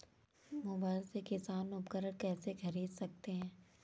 Mobile से किसान उपकरण कैसे ख़रीद सकते है?